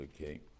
Okay